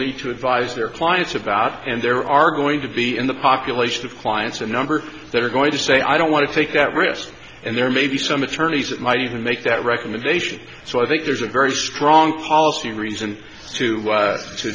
need to advise their clients about and there are going to be in the population of clients a number that are going to say i don't want to take that risk and there may be some attorneys that might even make that recommendation so i think there's a very strong policy reason to